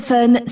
Fun